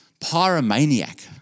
Pyromaniac